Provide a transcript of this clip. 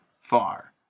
far